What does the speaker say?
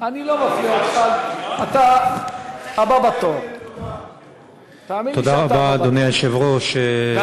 תודה רבה, אדוני היושב-ראש.